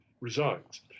resigns